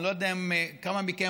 אני לא יודע כמה מכם,